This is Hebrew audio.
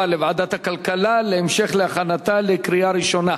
לוועדת הכלכלה להמשך הכנתה לקריאה ראשונה.